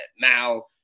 Now